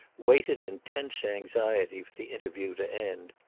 waited in tense anxiety for the interview to end.